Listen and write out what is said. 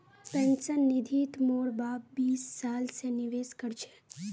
pension निधित मोर बाप बीस साल स निवेश कर छ